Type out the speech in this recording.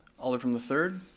alder from the third.